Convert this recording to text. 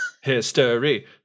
History